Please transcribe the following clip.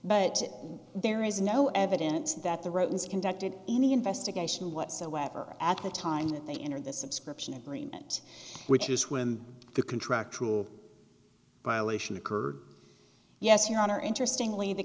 but there is no evidence that the romans conducted any investigation whatsoever at the time that they entered the subscription agreement which is when the contract violation occurred yes your honor interestingly the